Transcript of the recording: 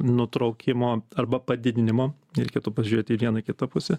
nutraukimo arba padidinimo reikėtų pažiūrėti į vieną į kitą pusę